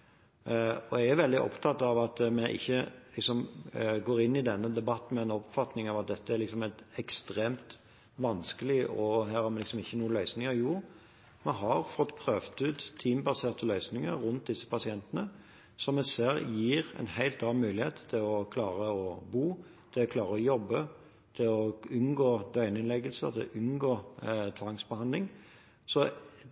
hjelp. Jeg er veldig opptatt av at vi ikke går inn i denne debatten med en oppfatning om at dette er ekstremt vanskelig, og at vi ikke har noen løsninger. Vi har fått prøvd ut team-baserte løsninger rundt disse pasientene som vi ser gir en helt annen mulighet til å klare å bo, til å klare å jobbe, til å unngå døgninnleggelser, til å unngå tvangsbehandling.